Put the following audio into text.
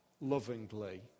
lovingly